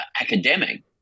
academic